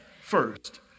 first